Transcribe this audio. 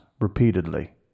repeatedly